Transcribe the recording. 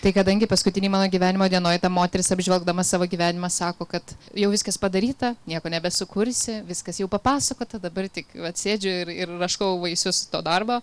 tai kadangi paskutinėj mano gyvenimo dienoj ta moteris apžvelgdama savo gyvenimą sako kad jau viskas padaryta nieko nebesukursi viskas jau papasakota dabar tik vat sėdžiu ir ir raškau vaisius to darbo